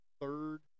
third